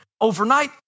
overnight